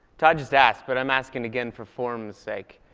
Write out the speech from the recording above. todd just asked, but i'm asking again for form's sake.